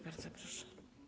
Bardzo proszę.